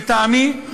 לטעמי,